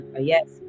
yes